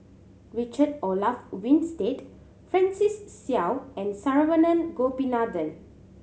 Richard Olaf Winstedt Francis Seow and Saravanan Gopinathan